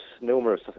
numerous